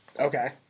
Okay